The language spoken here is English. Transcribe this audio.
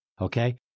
Okay